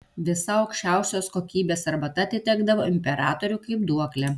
visa aukščiausios kokybės arbata atitekdavo imperatoriui kaip duoklė